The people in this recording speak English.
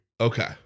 okay